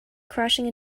crashing